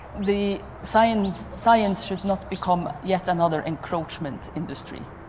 the science science should not become yet another encroachment industry.